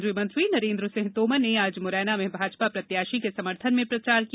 केन्द्रीय मंत्री नरेन्द्र सिंह तोमर ने आज मुरैना में भाजपा प्रत्याशी के समर्थन में प्रचार किया